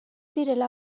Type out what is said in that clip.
direla